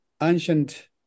ancient